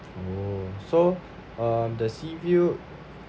oh so um the sea view